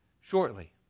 shortly